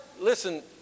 listen